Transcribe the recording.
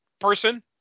person